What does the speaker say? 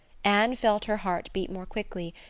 anne felt her heart beat more quickly,